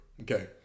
Okay